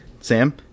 Sam